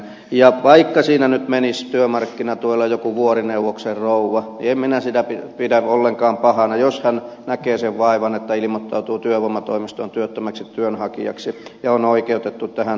ja vaikka siinä nyt menisi työmarkkinatuella joku vuorineuvoksen rouva niin en minä sitä pidä ollenkaan pahana jos hän näkee sen vaivan että ilmoittautuu työvoimatoimistoon työttömäksi työnhakijaksi ja on oikeutettu tähän tukeen